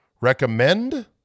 recommend